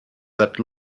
that